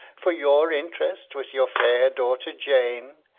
for your interest with your fair daughter jane,